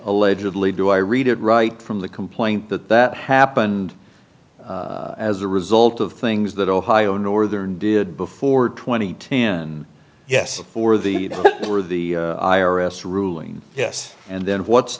allegedly do i read it right from the complaint that that happened as a result of things that ohio northern did before twenty t n yes for the were the i r s ruling yes and then what's